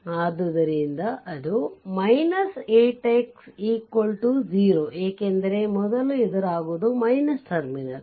ಆದ್ದರಿಂದ ಅದು 8 ix 0 ಏಕೆಂದರೆ ಮೊದಲು ಎದುರಾಗುವುದು ಟರ್ಮಿನಲ್